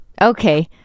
okay